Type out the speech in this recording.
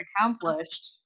accomplished